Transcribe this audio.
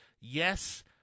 yes